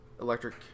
electric